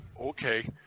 Okay